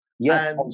Yes